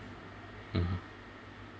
mmhmm